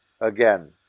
again